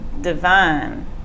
divine